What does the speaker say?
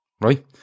Right